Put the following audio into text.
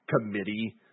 committee